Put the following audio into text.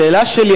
השאלה שלי,